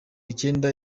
icyenda